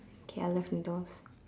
okay I love noodles